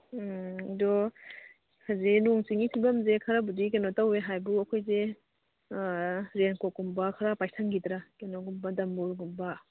ꯎꯝ ꯑꯗꯨ ꯍꯧꯖꯤꯛ ꯅꯣꯡ ꯆꯤꯡꯒꯤ ꯐꯤꯕꯝꯁꯦ ꯈꯔꯕꯨꯗꯤ ꯀꯩꯅꯣ ꯇꯧꯋꯦ ꯍꯥꯏꯕꯨ ꯑꯩꯈꯣꯏꯁꯦ ꯔꯦꯟꯀꯣꯠꯀꯨꯝꯕ ꯈꯔ ꯄꯥꯏꯁꯟꯈꯤꯗ꯭ꯔ ꯀꯩꯅꯣꯒꯨꯝꯕ ꯗꯝꯕꯨꯔꯒꯨꯝꯕ